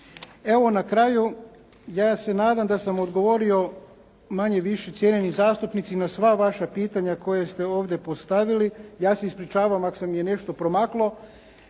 Evo na kraju ja se nadam da sam odgovorio manje-više cijenjeni zastupnici na sva vaša pitanja koje ste ovdje postavili. Ja se ispričavam ako mi je nešto promaklo.